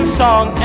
song